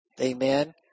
Amen